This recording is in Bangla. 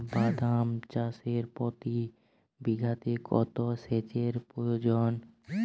বাদাম চাষে প্রতি বিঘাতে কত সেচের প্রয়োজন?